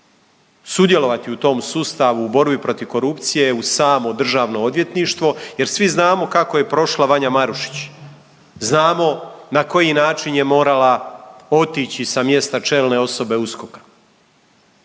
sudjelovati u tom sustavu, u borbi protiv korupcije, u samo Državno odvjetništvo jer svi znamo kako je prošla Vanja Marušić, znamo na koji način je morala otići sa mjesta čelne osobe USKOK-a.